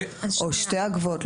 או שתי הגבוהות.